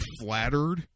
flattered